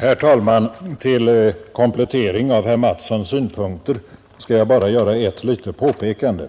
Herr talman! Till komplettering av herr Mattssons i Lane-Herrestad synpunkter skall jag bara göra ett litet påpekande.